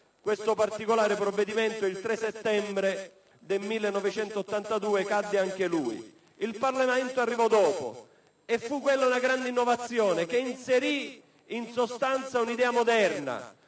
questo particolare provvedimento, cadde il 3 settembre. Il Parlamento arrivò dopo e fu quella una grande innovazione che inserì in sostanza un'idea moderna,